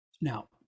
now